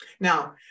Now